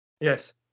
yes